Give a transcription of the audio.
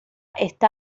está